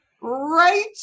right